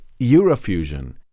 Eurofusion